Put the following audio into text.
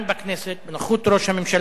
בכנסת, בנוכחות ראש הממשלה,